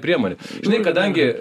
priemonė žinai kadangi